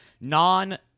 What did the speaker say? non